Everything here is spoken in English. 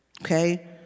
Okay